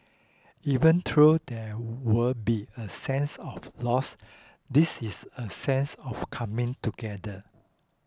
even though there will be a sense of loss this is a sense of coming together